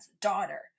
daughter